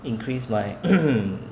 increase my